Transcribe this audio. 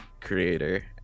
creator